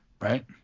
Right